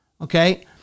okay